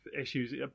issues